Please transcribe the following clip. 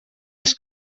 els